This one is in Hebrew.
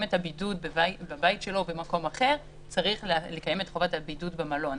את הבידוד צריך לקיים את חובת הבידוד במלון.